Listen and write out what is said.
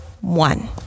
one